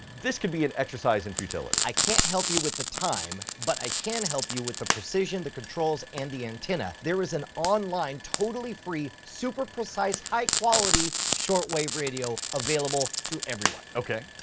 this could be an exercise in futility. i can't help you with the time, but i can help you with the precision, the controls, and the antenna. there is an online, totally free, super-precise, high quality shortwave radio available to everyone. okay,